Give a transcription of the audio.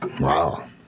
Wow